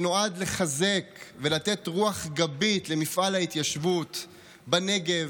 שנועד לחזק ולתת רוח גבית למפעל ההתיישבות בנגב,